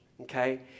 okay